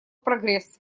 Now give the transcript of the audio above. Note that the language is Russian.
прогресс